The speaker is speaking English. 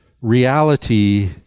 reality